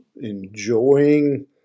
enjoying